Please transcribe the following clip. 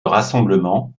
rassemblement